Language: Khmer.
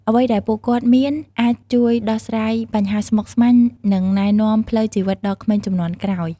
អ្វីដែលពួកគាត់មានអាចជួយដោះស្រាយបញ្ហាស្មុគស្មាញ និងណែនាំផ្លូវជីវិតដល់ក្មេងជំនាន់ក្រោយ។